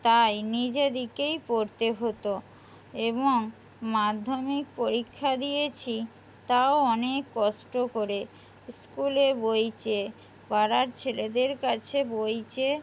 তাই নিজেদিকেই পড়তে হতো এবং মাধ্যমিক পরীক্ষা দিয়েছি তাও অনেক কষ্ট করে স্কুলে বই চেয়ে পাড়ার ছেলেদের কাছে বই চেয়ে